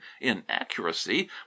inaccuracy